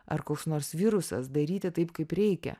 ar koks nors virusas daryti taip kaip reikia